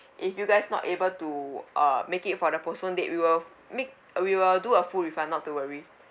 if you guys not able to uh make it for the postponed date we will make uh we will do a full refund not to worry